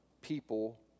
people